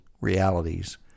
realities